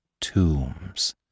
Tombs